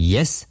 Yes